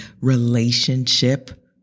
relationship